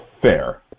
Fair